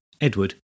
Edward